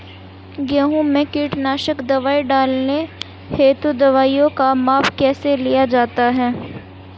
गेहूँ में कीटनाशक दवाई डालते हुऐ दवाईयों का माप कैसे लिया जाता है?